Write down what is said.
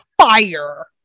fire